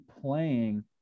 playing